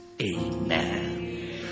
Amen